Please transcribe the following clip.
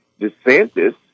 DeSantis